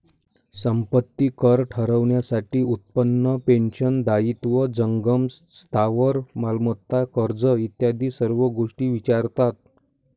संपत्ती कर ठरवण्यासाठी उत्पन्न, पेन्शन, दायित्व, जंगम स्थावर मालमत्ता, कर्ज इत्यादी सर्व गोष्टी विचारतात